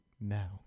now